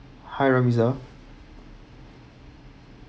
hi ramizah